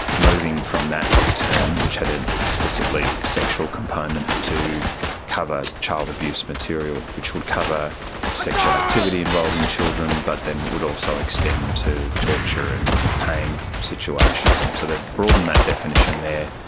moving from that term which had an explicitly sexual component to cover child abuse material which would cover sexual activity involving children but then would also extend to torture and pain situations. and so they've broadened that definition there.